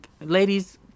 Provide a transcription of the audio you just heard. ladies